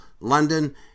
London